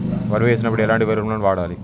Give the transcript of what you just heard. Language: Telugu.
వరి వేసినప్పుడు ఎలాంటి ఎరువులను వాడాలి?